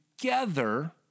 together